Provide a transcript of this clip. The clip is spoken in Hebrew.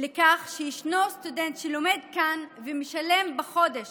בכך שסטודנט שלומד כאן משלם בחודש